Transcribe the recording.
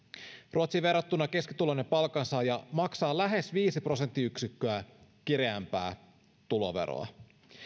ruotsiin verrattuna keskituloinen palkansaaja maksaa lähes viisi prosenttiyksikköä kireämpää tuloveroa